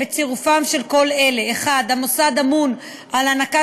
בצירופם של כל אלה: 1. המוסד אמון על הענקת